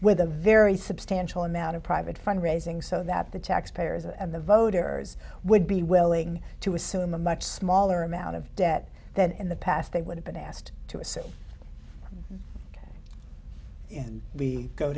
with a very substantial amount of private fund raising so that the taxpayers and the voters would be willing to assume a much smaller amount of debt than in the past they would but asked to assume ok we go